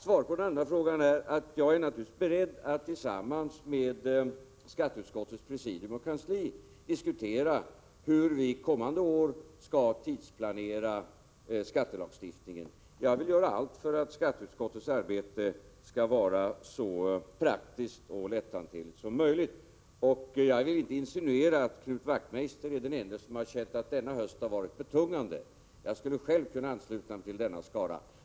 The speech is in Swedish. Svaret på den andra frågan är att jag naturligtvis är beredd att tillsammans med skatteutskottets presidium och kansli diskutera hur vi kommande år skall tidsplanera skattelagstiftningen. Jag vill göra allt för att skatteutskottets arbete skall vara så praktiskt och lätthanterligt som möjligt. Och jag vill inte insinuera att Knut Wachtmeister är den ende som har känt att denna höst har varit betungande. Jag skulle själv kunna ansluta mig till den skara som har känt detta.